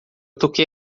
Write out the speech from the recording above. toquei